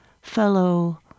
fellow